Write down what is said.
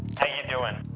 you doing?